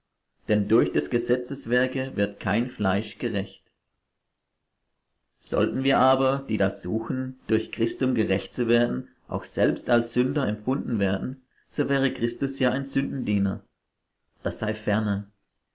denn durch des gesetzeswerke wird kein fleisch gerecht sollten wir aber die da suchen durch christum gerecht zu werden auch selbst als sünder erfunden werden so wäre christus ja ein sündendiener das sei ferne